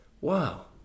wow